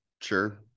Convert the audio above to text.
sure